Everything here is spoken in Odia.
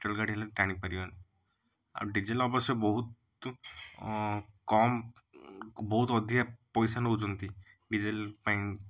ପେଟ୍ରୋଲ୍ ଗାଡ଼ି ହେଲେ ଟାଣି ପାରିବନି ଆଉ ଡ଼ିଜେଲ୍ ଅବଶ୍ୟ ବହୁତ କମ୍ ବହୁତ ଅଧିକା ପଇସା ନେଉଛନ୍ତି ଡ଼ିଜେଲ୍ ପାଇଁ